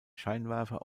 scheinwerfer